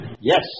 Yes